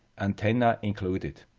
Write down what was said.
antenna included.